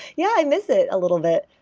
yeah i miss it a little bit.